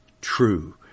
true